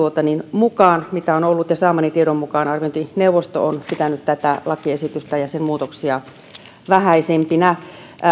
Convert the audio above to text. mukaan mitä on ollut saamani tiedon mukaan arviointineuvosto on pitänyt tätä lakiesitystä ja sen muutoksia vähäisinä